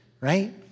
Right